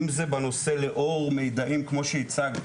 אם זה לאור מידעים כמו שהצגת,